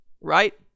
right